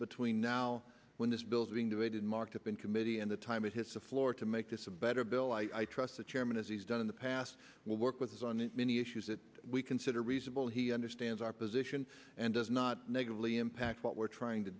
between now when this bill is being debated marked up in committee and the time it hits the floor to make this a better bill i trust the chairman as he's done in the past will work with us on many issues that we consider reasonable he understands our position and does not negatively impact what we're trying to